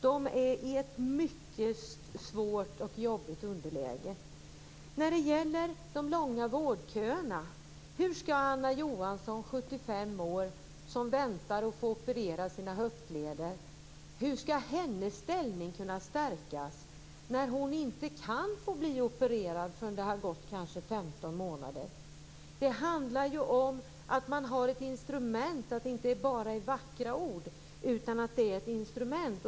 De är i ett mycket svårt och jobbigt underläge. Det gäller de långa vårdköerna. Anna Johansson är 75 år och väntar på att få operera sina höftleder. Hur skall hennes ställning kunna stärkas när hon inte kan bli opererad förrän om 15 månader? Det handlar om att man har ett instrument och att det inte bara är vackra ord.